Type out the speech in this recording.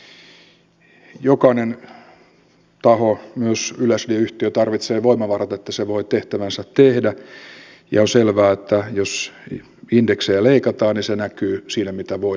jokainen taho myös yleisradioyhtiö tarvitsee voimavarat että se voi tehtäväänsä tehdä ja on selvää että jos indeksejä leikataan niin se näkyy siinä mitä voidaan tehdä